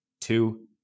two